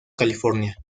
california